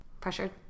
pressured